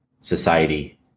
society